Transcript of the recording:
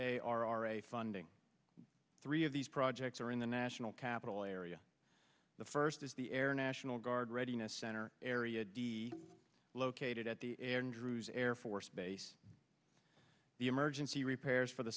a r r a funding three of these projects are in the national capital area the first is the air national guard readiness center area d located at the air dru's air force base the emergency repairs for the